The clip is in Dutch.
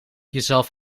jezelf